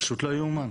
פשוט לא יאומן.